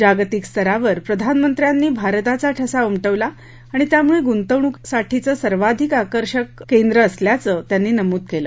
जागतिक स्तरावर प्रधानमंत्र्यांनी भारताचा ठसा उमटवला आणि त्यामुळे गुंतवणूकीसाठीचं सर्वाधिक आकर्षक केंद्र असल्याचं त्यांनी नमूद केलं